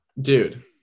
Dude